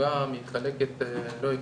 שהעוגה מתחלקת לא הגיוני,